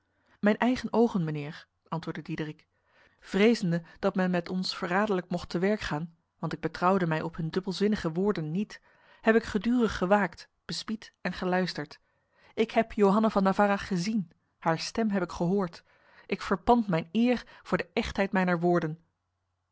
mijn eigen ogen mijnheer antwoordde diederik vrezende dat men met ons verradelijk mocht te werk gaan want ik betrouwde mij op hun dubbelzinnige woorden niet heb ik gedurig gewaakt bespied en geluisterd ik heb johanna van navarra gezien haar stem heb ik gehoord ik verpand mijn eer voor de echtheid mijner woorden